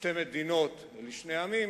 "שתי מדינות לשני עמים",